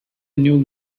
new